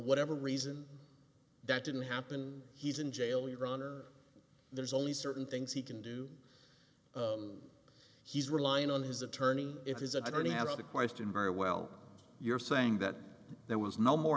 whatever reason that didn't happen he's in jail your honor there's only certain things he can do he's relying on his attorney if his attorney asked the question very well you're saying that there was no more